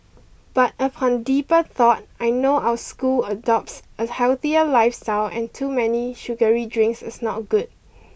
but upon deeper thought I know our school adopts a healthier lifestyle and too many sugary drinks is not good